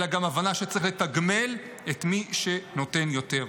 אלא גם הבנה שצריך לתגמל את מי שנותן יותר.